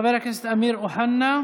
חבר הכנסת אמיר אוחנה.